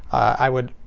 i would